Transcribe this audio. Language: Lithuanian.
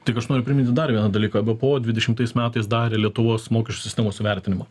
tik aš noriu priminti dar vieną dalyką bpo dvidešimtais metais darė lietuvos mokesčių sistemos įvertinimą